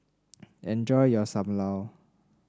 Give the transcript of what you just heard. enjoy your Sam Lau